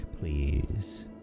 please